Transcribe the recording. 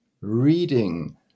reading